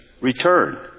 return